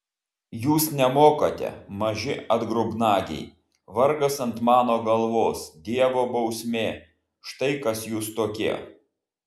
jūs nemokate maži atgrubnagiai vargas ant mano galvos dievo bausmė štai kas jūs tokie